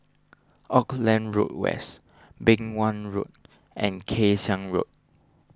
Auckland Road West Beng Wan Road and Kay Siang Road